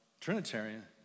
Trinitarian